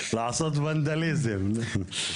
לעשות ונדליזם.